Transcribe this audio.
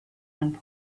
one